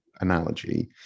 analogy